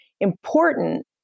important